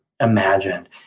imagined